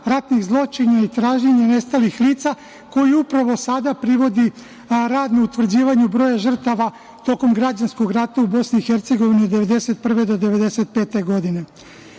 ratnih zločina i traženje nestalih lica koji upravo sada privodi rad na utvrđivanju broja žrtava tokom građanskog rata u BiH 1991. do 1995. godine. Na